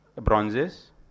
bronzes